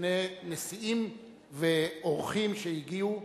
לפני נשיאים ואורחים שהגיעו,